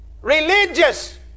religious